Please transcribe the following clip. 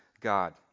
God